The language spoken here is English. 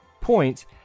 points